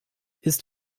ist